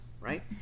right